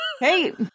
hey